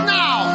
now